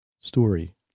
Story